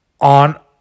on